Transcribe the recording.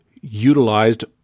utilized